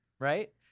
Right